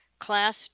Class